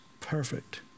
perfect